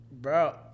Bro